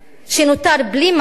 שנותר בלי מענה,